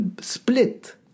split